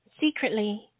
Secretly